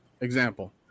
example